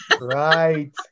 Right